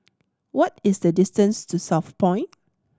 what is the distance to Southpoint